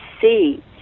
see